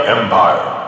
Empire